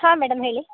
ಹಾಂ ಮೇಡಮ್ ಹೇಳಿ